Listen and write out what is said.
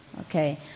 Okay